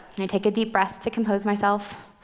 and i take a deep breath to compose myself.